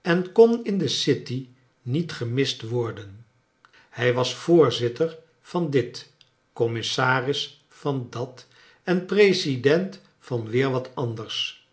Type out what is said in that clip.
en kon in de city niet gemist worden hij was voorzitter van dit commissaris van dat en president van weer wat anders